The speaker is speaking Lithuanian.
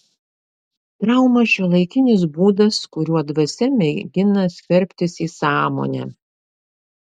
trauma šiuolaikinis būdas kuriuo dvasia mėgina skverbtis į sąmonę